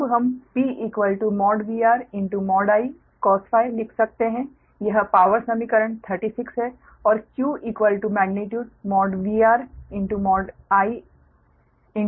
अब हम PVR I cos लिख सकते हैं यह पावर समीकरण 36 है और Qमेग्नीट्यूड VR I sin यह 37 है